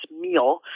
meal